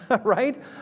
right